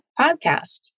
podcast